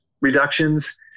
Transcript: reductions